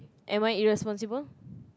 am I irresponsible